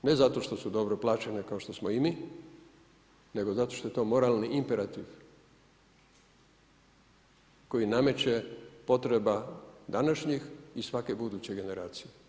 Ne zato štosu dobro plaćene kao što smo i mi, nego zato što je to moralni imperativ koji nameće potreba današnjih i svake buduće generacije.